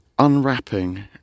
unwrapping